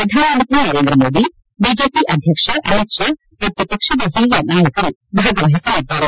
ಪ್ರಧಾನಮಂತ್ರಿ ನರೇಂದ್ರ ಮೋದಿ ಬಿಜೆಪಿ ಅಧ್ಯಕ್ಷ ಅಮಿತ್ ಶಾ ಮತ್ತು ಪಕ್ಷದ ಹಿರಿಯ ನಾಯಕರು ಭಾಗವಹಿಸಲಿದ್ದಾರೆ